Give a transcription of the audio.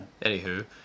anywho